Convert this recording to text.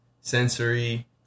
sensory